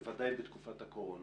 בוודאי בתקופת הקורונה.